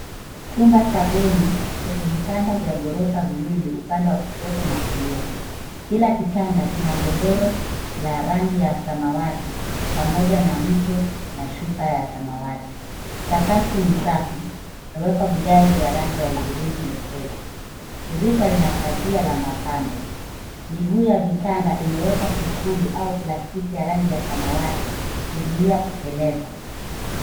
Chumba cha bweni chenye vitanda vya ghorofa viwili upande wa kushoto na kulia. Kila kitanda kina godoro na rangi ya samawati pamoja na mto na shuka ya samawati. Sakafu ni Safi imewekwa vigae by rangi ya hudhurungi nyepesi. Dirisha lina pazia la mapambo. Miguu ya vitanda imewekwa kifuli au plastiki ya rangi ya samawati kuzuia kuteleza.